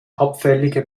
abfällige